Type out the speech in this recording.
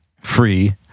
free